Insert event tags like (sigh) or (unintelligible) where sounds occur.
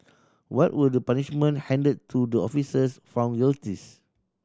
what were the punishment handed to the officers found guilty (unintelligible)